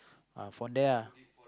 uh from there ah